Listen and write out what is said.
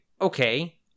okay